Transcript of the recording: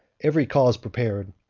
every cause prepared,